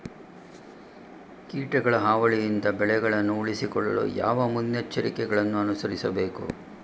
ಕೀಟಗಳ ಹಾವಳಿಯಿಂದ ಬೆಳೆಗಳನ್ನು ಉಳಿಸಿಕೊಳ್ಳಲು ಯಾವ ಮುನ್ನೆಚ್ಚರಿಕೆಗಳನ್ನು ಅನುಸರಿಸಬೇಕು?